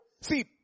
see